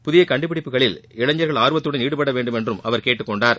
புதிய கண்டுபிடிப்புகளில் இளைஞர்கள் ஆர்வத்துடன் ஈடுபடவேண்டும் என்றும் அவர் கேட்டுக்கொண்டார்